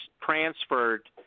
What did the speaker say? transferred